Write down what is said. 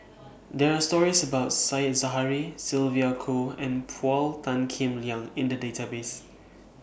There Are stories about Said Zahari Sylvia Kho and Paul Tan Kim Liang in The Database